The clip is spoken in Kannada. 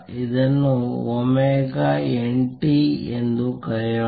ಇದನ್ನು ಒಮೆಗಾ n t ಎಂದು ಕರೆಯೋಣ